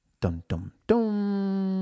dum-dum-dum